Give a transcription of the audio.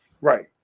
right